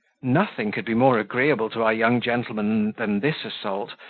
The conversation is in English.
nothing could be more agreeable to our young gentleman than this assault,